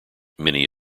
many